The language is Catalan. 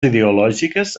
ideològiques